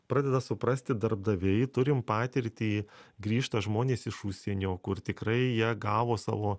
pradeda suprasti darbdaviai turim patirtį grįžta žmonės iš užsienio kur tikrai jie gavo savo